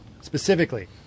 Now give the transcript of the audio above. specifically